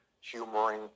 humoring